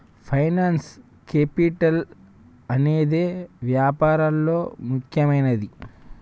finance capital అనేదే వ్యాపారాల్లో ముఖ్యమైనది